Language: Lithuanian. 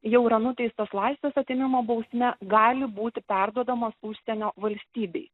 jau yra nuteistas laisvės atėmimo bausme gali būti perduodamas užsienio valstybei